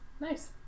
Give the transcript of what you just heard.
nice